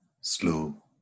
Slow